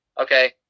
Okay